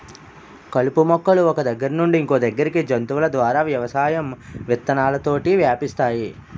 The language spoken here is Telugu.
కలుపు మొక్కలు ఒక్క దగ్గర నుండి ఇంకొదగ్గరికి జంతువుల ద్వారా వ్యవసాయం విత్తనాలతోటి వ్యాపిస్తాయి